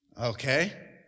Okay